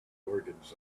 organs